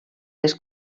les